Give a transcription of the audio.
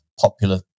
Popular